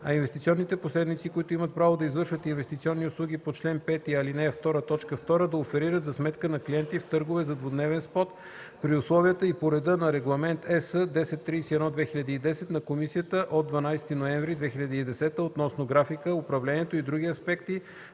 а инвестиционните посредници, които имат право да извършват инвестиционни услуги по чл. 5, ал. 2, т. 2 – да оферират за сметка на клиенти, в търгове за двудневен спот при условията и по реда на Регламент (ЕС) № 1031/2010 на Комисията от 12 ноември 2010 г. относно графика, управлението и други аспекти